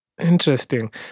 Interesting